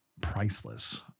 priceless